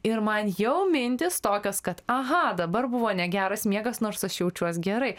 ir man jau mintys tokios kad aha dabar buvo ne geras miegas nors aš jaučiuos gerai